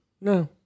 No